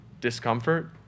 Discomfort